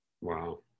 wow